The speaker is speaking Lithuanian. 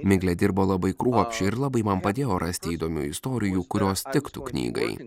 miglė dirbo labai kruopščiai ir labai man padėjo rasti įdomių istorijų kurios tiktų knygai